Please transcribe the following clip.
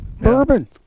bourbon